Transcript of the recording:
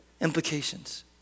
Implications